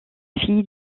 fille